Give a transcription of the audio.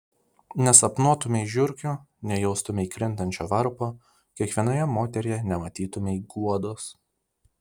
nesapnuotumei žiurkių nejaustumei krintančio varpo kiekvienoje moteryje nematytumei guodos